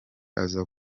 aza